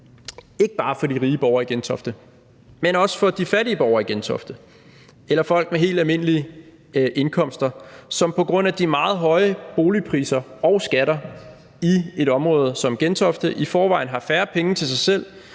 ikke bare for de rige borgere i Gentofte, men også for de fattige borgere i Gentofte, eller folk med helt almindelige indkomster, som på grund af de meget høje boligpriser og skatter i et område som Gentofte i forvejen har færre penge til sig selv,